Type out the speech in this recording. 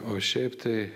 o šiaip tai